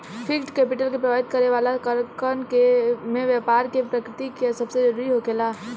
fixed capital के प्रभावित करे वाला कारकन में बैपार के प्रकृति सबसे जरूरी होखेला